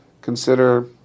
consider